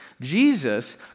Jesus